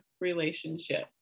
relationship